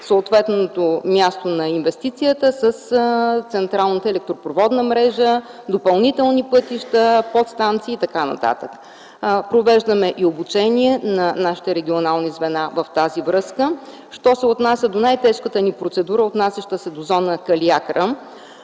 съответното място на инвестицията с централната електропроводна мрежа, допълнителни пътища, подстанции и така нататък. Провеждаме и обучение на нашите регионални звена в тази връзка. Що се отнася до най-тежката ни процедура, отнасяща се до зона „Калиакра”,